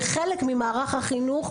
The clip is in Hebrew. כמערך חינוך,